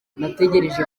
nategereje